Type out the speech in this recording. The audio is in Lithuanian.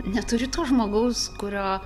neturi to žmogaus kurio